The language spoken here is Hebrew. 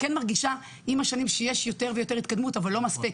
מרגישה עם השנים שיש יותר ויותר התקדמות אבל לא מספקת.